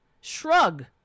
Shrug